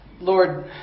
Lord